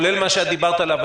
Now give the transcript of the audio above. כולל מה שאת דיברת עליו,